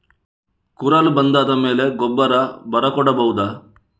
ಕುರಲ್ ಬಂದಾದ ಮೇಲೆ ಗೊಬ್ಬರ ಬರ ಕೊಡಬಹುದ?